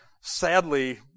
sadly